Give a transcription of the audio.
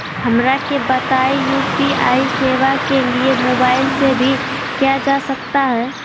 हमरा के बताइए यू.पी.आई सेवा के लिए मोबाइल से भी किया जा सकता है?